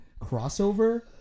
crossover